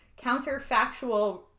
counterfactual